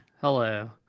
hello